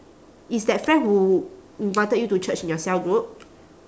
is that friend who invited you to church in your cell group